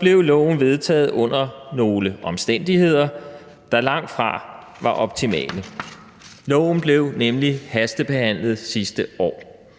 blev vedtaget under nogle omstændigheder, der langtfra var optimale. Loven blev nemlig hastebehandlet sidste år.